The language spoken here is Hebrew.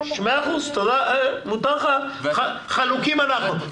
מאה אחוז, חלוקים אנחנו.